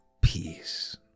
peace